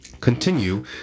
continue